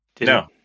No